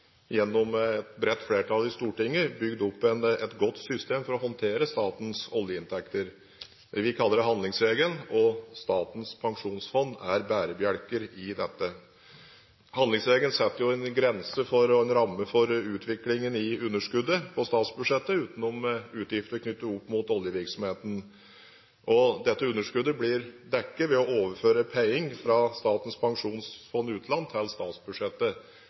gjennom et bredt flertall i Stortinget bygd opp et godt system for å håndtere statens oljeinntekter. Handlingsregelen, som vi kaller det, og Statens pensjonsfond er bærebjelker i dette. Handlingsregelen setter en grense, en ramme for utviklingen i underskuddet på statsbudsjettet utenom utgifter knyttet opp mot oljevirksomheten. Dette underskuddet blir dekket ved å overføre penger fra Statens pensjonsfond utland til statsbudsjettet.